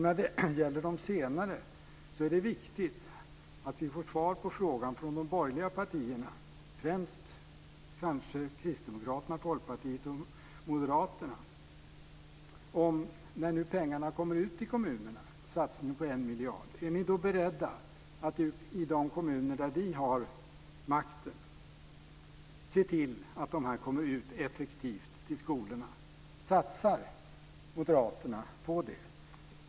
När det gäller de senare är det viktigt att vi får svar på följande fråga från de borgerliga partierna, främst kanske Kristdemokraterna, Folkpartiet och Moderaterna: När nu pengarna, satsningen på en miljard, kommer ut till kommunerna, är ni då beredda att i de kommuner där ni har makten se till att de kommer ut effektivt till skolorna? Satsar moderaterna på det?